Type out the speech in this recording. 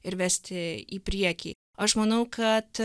ir vesti į priekį aš manau kad